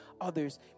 others